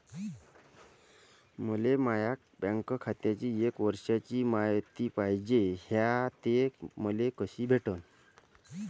मले माया बँक खात्याची एक वर्षाची मायती पाहिजे हाय, ते मले कसी भेटनं?